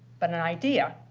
but an idea,